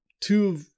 two